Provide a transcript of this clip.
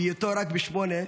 בהיותו רק בן שמונה,